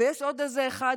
יש עוד איזה אחד,